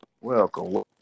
Welcome